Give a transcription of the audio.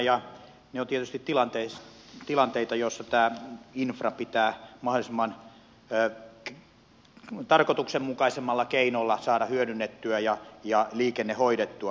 ne ovat tietysti tilanteita joissa tämä infra pitää mahdollisimman tarkoituksenmukaisimmalla keinolla saada hyödynnettyä ja liikenne hoidettua